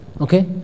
Okay